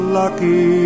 lucky